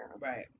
right